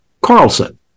carlson